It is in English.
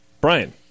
Brian